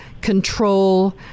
control